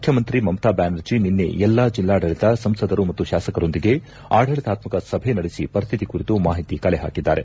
ಮುಖ್ಯಮಂತ್ರಿ ಮಮತಾ ಬ್ಲಾನರ್ಜಿ ನಿನ್ನೆ ಎಲ್ಲಾ ಜಿಲ್ಲಾಡಳಿತ ಸಂಸದರು ಮತ್ತು ಶಾಸಕರೊಂದಿಗೆ ಆಡಳಿತಾತ್ಕಕ ಸಭೆ ನಡೆಸಿ ಪರಿಸ್ಥಿತಿ ಕುರಿತು ಮಾಹಿತಿ ಕಲೆಹಾಕಿದ್ದಾರೆ